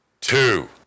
Two